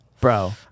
Bro